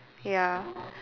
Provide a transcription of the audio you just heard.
ya